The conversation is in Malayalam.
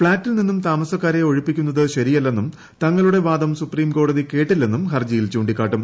ഫ്ളാറ്റിൽ നിന്ന് താമസക്കാരെ ഒഴിപ്പിക്കുന്നത് ശരിയല്ലെന്നും തങ്ങളുടെ വാദം സുപ്രീംകോടതി കേട്ടില്ലെന്നും ഹർജ്ജിയിൽ ചൂണ്ടിക്കാട്ടും